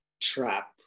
trap